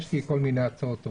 יש לי כל מיני הצעות טובות.